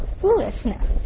foolishness